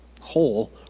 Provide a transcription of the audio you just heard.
whole